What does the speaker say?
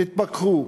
תתפכחו.